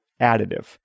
additive